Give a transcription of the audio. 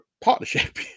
partnership